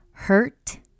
hurt